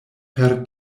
per